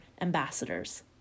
ambassadors